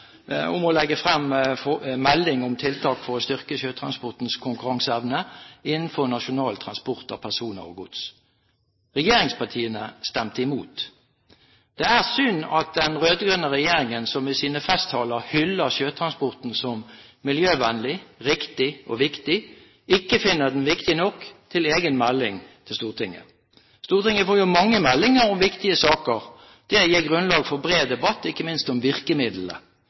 om å legge frem melding om tiltak for å styrke sjøtransportens konkurranseevne innenfor nasjonal transport av personer og gods. Regjeringspartiene stemte imot. Det er synd at den rød-grønne regjeringen, som i sine festtaler hyller sjøtransporten som miljøvennlig, riktig og viktig, ikke finner den viktig nok til egen melding til Stortinget. Stortinget får jo mange meldinger om viktige saker. Det gir grunnlag for bred debatt, ikke minst om virkemidlene.